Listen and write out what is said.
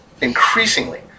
Increasingly